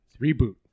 Reboot